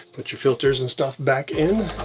put your filters and stuff back in.